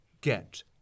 get